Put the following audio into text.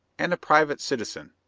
and a private citizen,